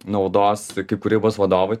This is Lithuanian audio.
naudos kaip kūrybos vadovui